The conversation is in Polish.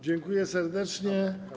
Dziękuję serdecznie.